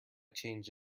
change